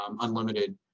unlimited